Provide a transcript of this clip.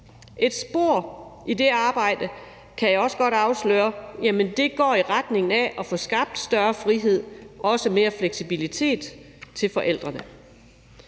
Et spor i det arbejde, kan jeg også godt afsløre, går i retning af at få skabt større frihed ogogså mere fleksibilitet til forældrene